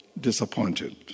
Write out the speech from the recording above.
disappointed